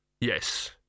yes